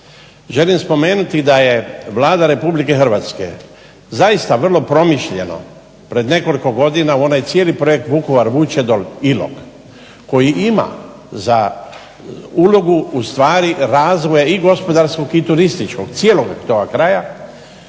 Želim spomenuti da je Vlada Republike Hrvatske zaista vrlo promišljeno prije nekoliko godina u onaj cijeli projekt Vukovar, Vučedol, Ilok koji ima za ulogu u stvari razvoja i gospodarskog i turističkog cijelog toga kraja